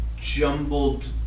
jumbled